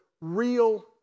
real